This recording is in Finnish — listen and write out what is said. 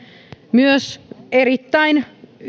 myös erittäin